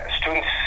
students